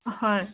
হয়